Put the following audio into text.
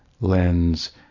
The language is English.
lens